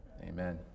amen